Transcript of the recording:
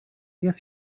guess